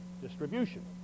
distribution